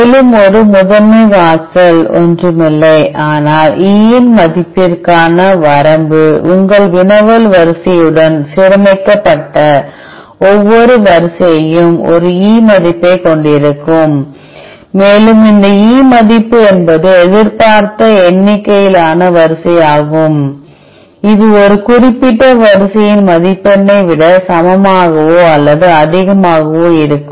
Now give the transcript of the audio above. மேலும் ஒரு முதன்மை வாசல் ஒன்றுமில்லை ஆனால் E ன் மதிப்பிற்கான வரம்பு உங்கள் வினவல் வரிசையுடன் சீரமைக்கப்பட்ட ஒவ்வொரு வரிசையும் ஒரு E மதிப்பைக் கொண்டிருக்கும் மேலும் இந்த E மதிப்பு என்பது எதிர்பார்த்த எண்ணிக்கையிலான வரிசையாகும் இது ஒரு குறிப்பிட்ட வரிசையின் மதிப்பெண்ணை விட சமமாகவோ அல்லது அதிகமாகவோ இருக்கும்